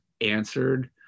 answered